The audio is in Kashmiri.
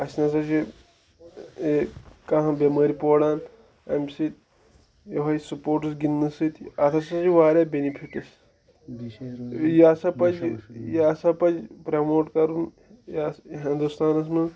اَسہِ ہَسا چھِ یہِ کانٛہہ بٮ۪مٲرۍ پوران اَمہِ سۭتۍ یِہوٚے سٕپوٹٕس گِنٛدنہٕ سۭتۍ اَتھ ہَسا چھِ واریاہ بٮ۪نِفِٹٕس یہِ ہَسا پَزِ یہِ ہَسا پَزِ پرٛموٹ کَرُن یہِ ہَس یہِ ہِندُستانَس منٛز